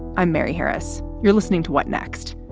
i'm mary harris. you're listening to what next?